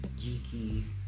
geeky